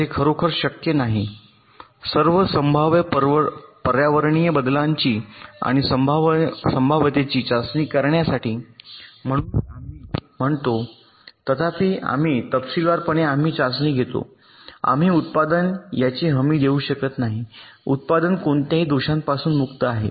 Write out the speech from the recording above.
तर हे खरोखर शक्य नाही सर्व संभाव्य पर्यावरणीय बदलांची आणि संभाव्यतेची चाचणी करण्यासाठी म्हणूनच आम्ही म्हणतो तथापि आपण तपशीलवारपणे आम्ही चाचणी घेतो आम्ही उत्पादन याची हमी देऊ शकत नाही उत्पादन कोणत्याही दोषांपासून मुक्त आहे